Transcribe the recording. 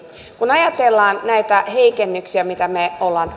kun ajatellaan näitä heikennyksiä mitä hallitus on